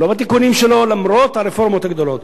לא בתיקונים שלו למרות הרפורמות הגדולות,